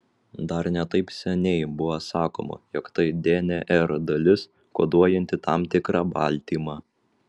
dar ne taip seniai buvo sakoma jog tai dnr dalis koduojanti tam tikrą baltymą